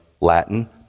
Latin